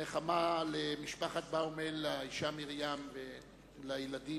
ונחמה למשפחת באומל, לאשה מרים ולילדים,